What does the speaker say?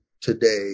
today